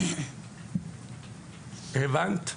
הבנת?